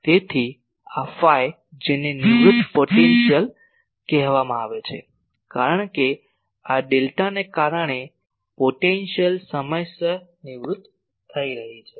તેથી આ ફાઈ જેને નિવૃત્ત પોટેન્શિયલ કહેવામાં આવે છે કારણ કે આ ડેલ્ટાને કારણે પોટેન્શિયલ સમયસર નિવૃત્ત થઈ રહી છે